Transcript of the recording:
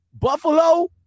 Buffalo